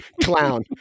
Clown